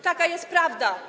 Taka jest prawda.